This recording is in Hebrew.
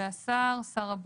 "השר" שר הבריאות,"